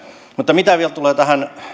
mutta mitä vielä tulee